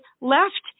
left